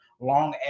long